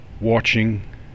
watching